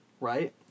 Right